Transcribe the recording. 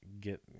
get